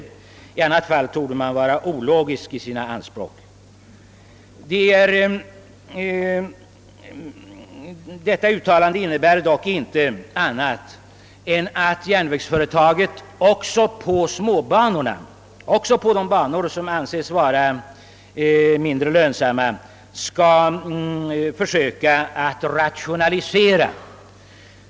En sådan inställning innebär dock att järnvägsföretaget bör försöka att genomföra rationaliseringar också på de banor, som anses vara mindre lönsamma.